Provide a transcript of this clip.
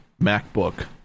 MacBook